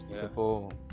people